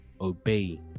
obey